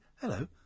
Hello